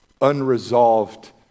unresolved